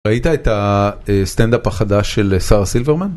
ראית את הסטנדאפ החדש של שרה סילברמן?